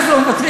הם לא מוותרים,